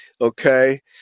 okay